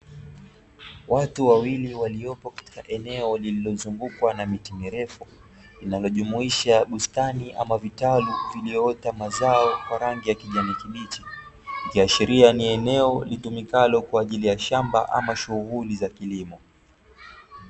Watu wawili waliopo katika eneo lililozungukwa na miti mirefu linalojumuisha bustani ama vitalu vilivyoota mazao ya rangi ya kijani kibichi ikiashiria ni eneo litumikalo kwa ajili ya shamba ama shughuli za kilimo.